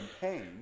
pain